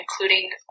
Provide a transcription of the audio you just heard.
including